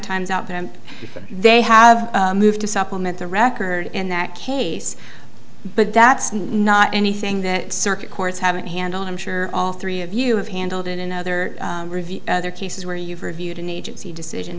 time's up and they have moved to supplement the record in that case but that's not anything that circuit courts haven't handled i'm sure all three of you have handled it in other other cases where you've reviewed an agency decision